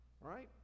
right